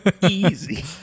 Easy